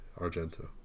Argento